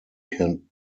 can